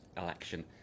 election